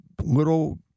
little